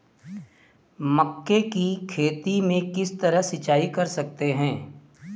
मक्के की खेती में किस तरह सिंचाई कर सकते हैं?